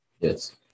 Yes